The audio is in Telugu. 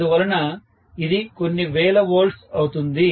అందువలన ఇది కొన్ని వేల వోల్ట్స్ అవుతుంది